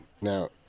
Now